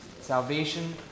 Salvation